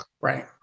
Right